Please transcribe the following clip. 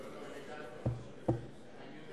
אני יודע